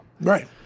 Right